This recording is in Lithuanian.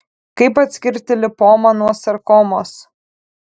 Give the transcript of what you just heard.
kaip atskirti lipomą nuo sarkomos